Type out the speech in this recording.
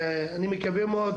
אני מקווה מאוד